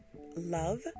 love